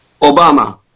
Obama